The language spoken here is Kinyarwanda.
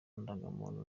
ndangamuntu